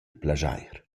plaschair